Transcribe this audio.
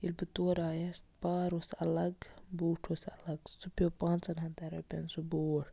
ییٚلہِ بہٕ تور آیَس پار اوس اَلَگ بوٗٹھ اوس اَلَگ سُہ پیٚو پانٛژَن ہَتَن رۄپیَن سُہ بوٗٹھ